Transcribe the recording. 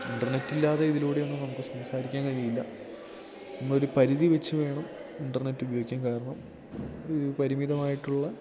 ഇൻ്റർനെറ്റില്ലാതെ ഇതിലൂടെയൊന്നും നമുക്ക് സംസാരിക്കാൻ കഴിയില്ല നമ്മളൊരു പരിധിവെച്ചു വേണം ഇൻ്റർനെറ്റ് ഉപയോഗിക്കാൻ കാരണം ഒരു പരിമിതമായിട്ടുള്ള